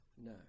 No